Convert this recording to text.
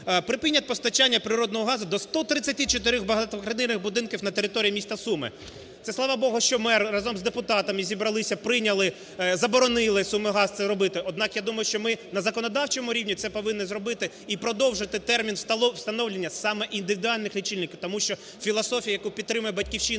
припинять постачання природного газу до 134 багатоквартирних будинків на території міста Суми. Це слава Богу, що мер разом з депутатами зібралися, прийняли, заборонили "Сумигаз" це робити. Однак я думаю, що ми на законодавчому рівні це повинні зробити і продовжити термін встановлення саме індивідуальних лічильників, тому що філософія, яку підтримує "Батьківщина",